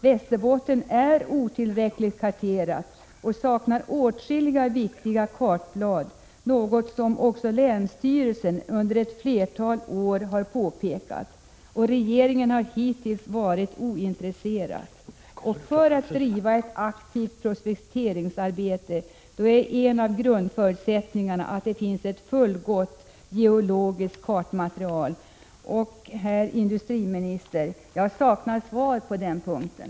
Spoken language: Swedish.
Västerbotten är otillräckligt karterat — det saknas åtskilliga viktiga kartblad, något som också länsstyrelsen under ett flertal år har påpekat. Regeringen har hittills varit ointresserad. En av grundförutsättningarna för att driva ett aktivt prospekteringsarbete är att det finns ett fullgott geologiskt kartmaterial. Jag saknar, herr industriminister, svar på den punkten.